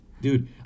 Dude